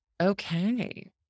Okay